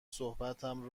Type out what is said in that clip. صحبتم